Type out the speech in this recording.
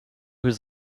was